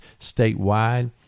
statewide